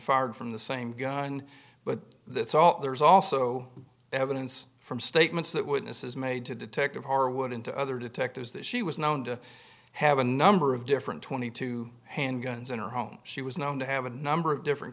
fired from the same gun but that's all there's also evidence from statements that witnesses made to detective harwood into other detectives that she was known to have a number of different twenty two handguns in her home she was known to have a number of different